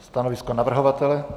Stanovisko navrhovatele?